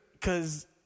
Cause